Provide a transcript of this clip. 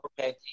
okay